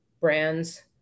brands